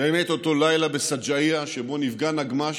באמת באותו לילה בשג'אעיה שבו נפגע נגמ"ש